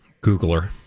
Googler